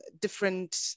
different